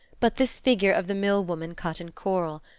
but this figure of the mill-woman cut in korl.